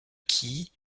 qui